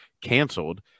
canceled